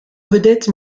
vedette